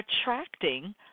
attracting